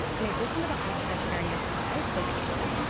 in addition to the option of sharing your precise location,